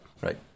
Right